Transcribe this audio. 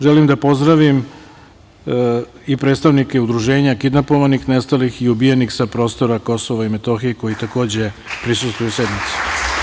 Želim da pozdravim i predstavnike Udruženja kidnapovanih, nestalih i ubijenih sa prostora Kosova i Metohije, koji takođe prisustvuju sednici.